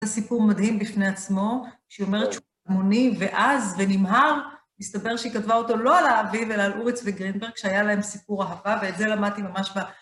זה סיפור מדהים בפני עצמו, שהיא אומר שהוא מוני, ואז, ונמהר, מסתבר שהיא כתבה אותו לא על האביב אלא על אורי צבי גרינברג, שהיה להם סיפור אהבה, ואת זה למדתי ממש ב...